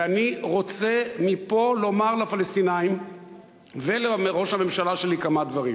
ואני רוצה מפה לומר לפלסטינים ולראש הממשלה שלי כמה דברים.